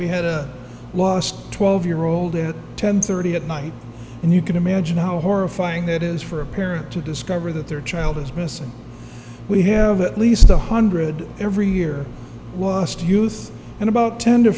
we had a lost twelve year old at ten thirty at night and you can imagine how horrifying that is for a parent to discover that their child is missing we have at least a hundred every year lost youth and about ten to